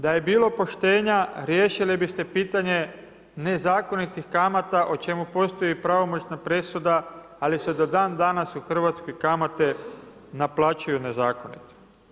Da je bilo poštenja riješili bi ste pitanje nezakonitih kamate o čemu postoji pravomoćna presuda ali se dan danas u Hrvatskoj kamate naplaćuju nezakonito.